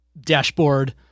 dashboard